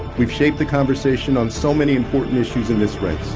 we've shaped the conversation on so many important issues in this race,